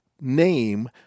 name